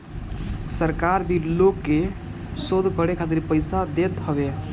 सरकार भी लोग के शोध करे खातिर पईसा देत हवे